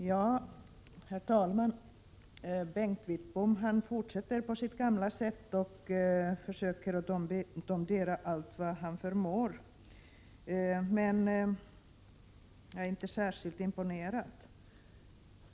Herr talman! Bengt Wittbom fortsätter med att på gammalt vanligt sätt försöka domdera allt vad han förmår, men jag är inte särskilt imponerad.